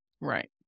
Right